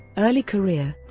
early career